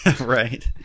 right